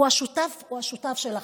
הוא השותף שלכם,